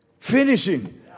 Finishing